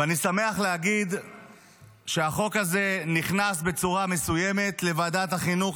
ואני שמח להגיד שהחוק הזה נכנס בצורה מסוימת לוועדת החינוך,